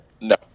No